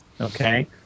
okay